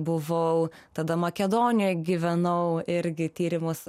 buvau tada makedonijoj gyvenau irgi tyrimus